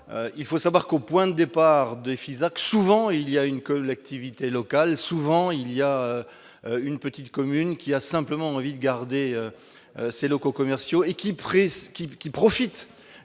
il faut savoir qu'au point départ de Fisac, souvent il y a une collectivité locale, souvent il y a une petite commune qui a simplement envie de garder ses locaux commerciaux et qui précise